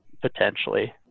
potentially